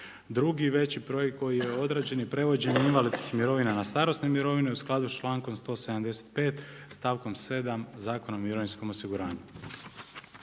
Drugi veći projekt koji je odrađen i prevođen invalidskih mirovina na starosne mirovine u skladu s čl.175 stavkom 7. Zakona o mirovinskom osiguranju.